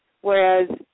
whereas